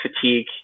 fatigue